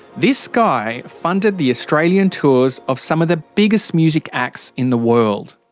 this guy funded the australian tours of some of the biggest music acts in the world.